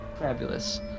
Fabulous